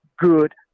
good